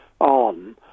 on